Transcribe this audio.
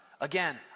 Again